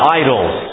idols